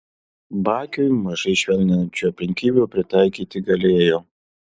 bakiui mažai švelninančių aplinkybių pritaikyti galėjo